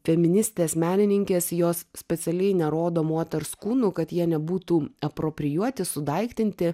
feministės menininkės jos specialiai nerodo moters kūnų kad jie nebūtų aproprijuoti sudaiktinti